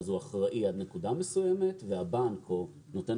הוא אחראי עד נקודה מסוימת והבנק או נותן